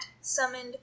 summoned